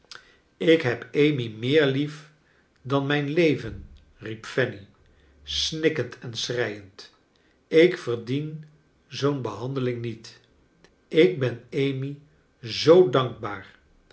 ik heb amy meer lief dan mijn leven riep fanny snikkend ein schreiend ik verdien zoo'n behandeling niet ik ben amy zoo dankbaar